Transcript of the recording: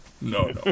no